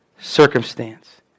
circumstance